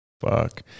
fuck